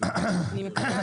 אני מקריאה.